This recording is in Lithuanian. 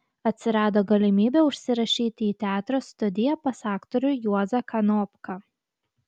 atsirado galimybė užsirašyti į teatro studiją pas aktorių juozą kanopką